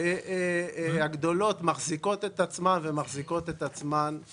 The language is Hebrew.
הגדולות מחזיקות את עצמן יפה.